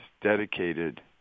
dedicated